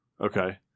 Okay